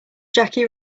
jackie